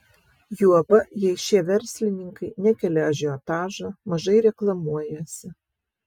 juoba jei šie verslininkai nekelia ažiotažo mažai reklamuojasi